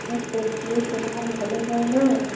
হ্যাঁ সব্জিও সেরকম ভালো হয় নাই